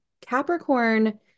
Capricorn